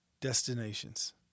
destinations